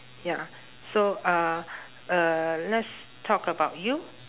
ya so uh uh let's talk about you